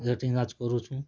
rating ଆଜ୍ କରୁଛୁ